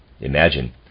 Imagine